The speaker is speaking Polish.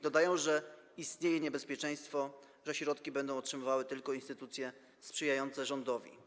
Dodają, że istnieje niebezpieczeństwo, że środki będą otrzymywały tylko instytucje sprzyjające rządowi.